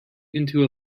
into